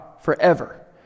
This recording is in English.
forever